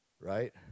right